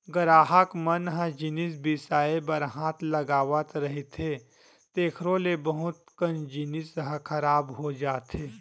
गराहक मन ह जिनिस बिसाए बर हाथ लगावत रहिथे तेखरो ले बहुत कन जिनिस ह खराब हो जाथे